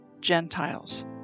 Gentiles